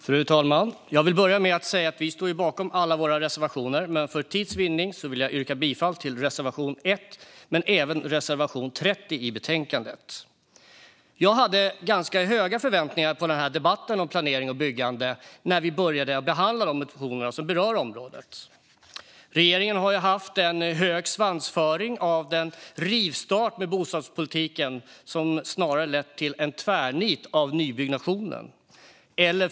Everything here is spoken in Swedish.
Fru talman! Jag vill börja med att säga att vi står bakom alla våra reservationer, men för tids vinning vill jag yrka bifall endast till reservationerna 1 och 30 i betänkandet. Jag hade ganska höga förväntningar på den här debatten om planering och byggande när vi började behandla de motioner som berör området. Regeringen har ju haft en hög svansföring och talat om en rivstart av bostadspolitiken, men det har snarare lett till en tvärnit av nybyggnationen.